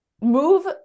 move